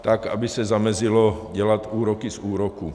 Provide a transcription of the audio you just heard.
Tak aby se zamezilo dělat úroky z úroků.